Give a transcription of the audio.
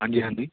ਹਾਂਜੀ ਹਾਂਜੀ